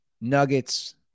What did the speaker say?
nuggets